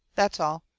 that's all.